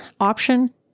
option